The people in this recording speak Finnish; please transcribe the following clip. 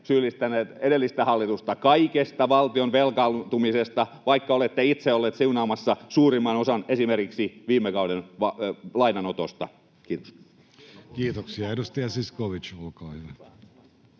syyllistäneet edellistä hallitusta kaikesta, valtion velkaantumisesta, vaikka olette itse olleet siunaamassa suurimman osan esimerkiksi viime kauden lainanotosta. — Kiitos. Kiitoksia. — Edustaja Zyskowicz, olkaa hyvä.